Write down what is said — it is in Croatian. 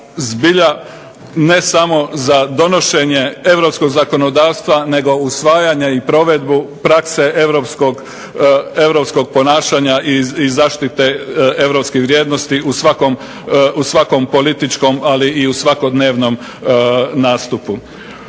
ne samo za donošenje europskog zakonodavstva nego usvajanja i provedbu prakse europskog ponašanja i zaštite europskih vrijednosti u svakom političkom, ali i u svakodnevnom nastupu.